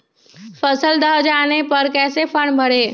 फसल दह जाने पर कैसे फॉर्म भरे?